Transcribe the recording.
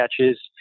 catches